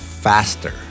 faster